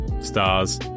stars